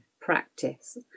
practice